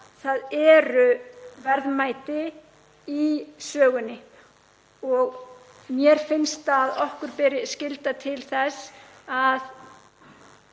Það eru verðmæti í sögunni sem mér finnst að okkur beri skylda til að